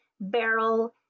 barrel